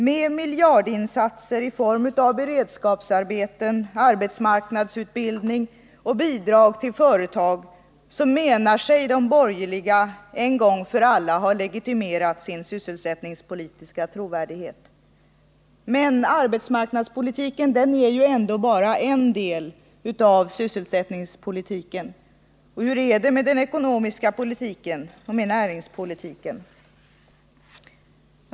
Med miljardinsatser i form av beredskapsarbeten, arbetsmarknadsutbildning och bidrag till företag menar sig de borgerliga en gång för alla ha legitimerat sin sysselsättningspolitiska trovärdighet. Men arbetsmarknadspolitiken är ändå bara en del av sysselsättningspolitiken. Hur är det med den ekonomiska politiken och med näringspolitiken?